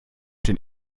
den